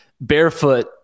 barefoot